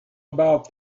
about